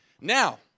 Now